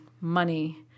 money